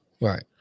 Right